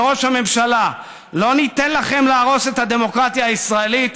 וראש הממשלה: לא ניתן לכם להרוס את הדמוקרטיה הישראלית.